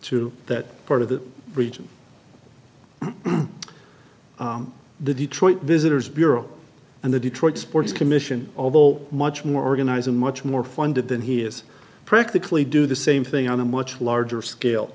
to that part of the region the detroit visitors bureau and the detroit sports commission although much more organized and much more funded than he is practically do the same thing on a much larger scale